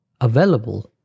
available